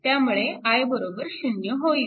त्यामुळे I 0 होईल